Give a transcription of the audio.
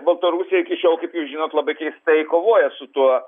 baltarusijoj iki šiol kaip jūs žinot labai keistai kovoja su tuo